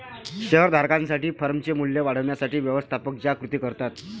share धारकांसाठी फर्मचे मूल्य वाढवण्यासाठी व्यवस्थापक ज्या कृती करतात